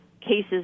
cases